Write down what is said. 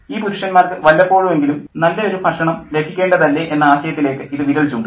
ഈ പുരുഷന്മാർക്ക് വല്ലപ്പോഴും എങ്കിലും നല്ല ഒരു ഭക്ഷണം ലഭിക്കേണ്ടതല്ലേ എന്ന ആശയത്തിലേക്ക് ഇത് വിരൽ ചൂണ്ടുന്നു